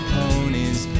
ponies